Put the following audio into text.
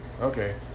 Okay